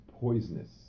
poisonous